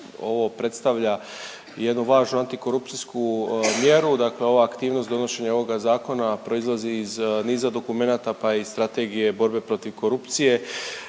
ovo predstavlja jednu važnu antikorupcijsku mjeru, dakle ova aktivnost donošenja ovoga zakona proizlazi iz niza dokumenata pa i strategije borbe protiv korupcije